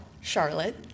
Charlotte